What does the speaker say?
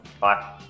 Bye